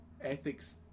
ethics